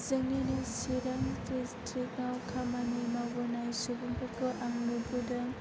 जोंनिनो चिरां डिस्ट्रिक्टाव खामानि मावबोनाय सुबुंफोरखौ आं नुबोदों